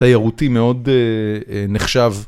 תיירותי מאוד נחשב.